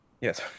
Yes